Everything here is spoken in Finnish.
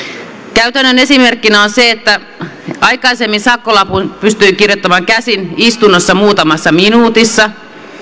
käytännön esimerkkinä on se että aikaisemmin sakkolapun pystyi kirjoittamaan käsin istunnossa muutamassa minuutissa